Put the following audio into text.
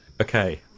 Okay